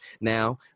Now